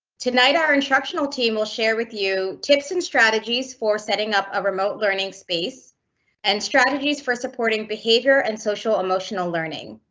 tonight our instructional team will share with you tips and strategies for setting up a remote learning space and strategies for supporting behavior and social emotional learning.